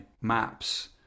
maps